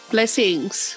Blessings